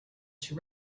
she